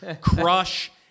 crush